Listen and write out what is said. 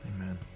Amen